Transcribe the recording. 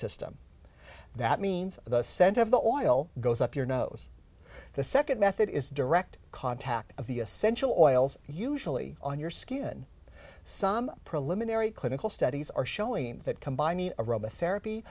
system that means the scent of the oil goes up your nose the second method is direct contact of the essential oils usually on your skin some preliminary clinical studies are showing that combining aroma therapy